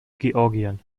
georgien